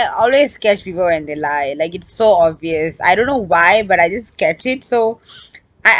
I always catch people when they lie like it's so obvious I don't know why but I just catch it so I I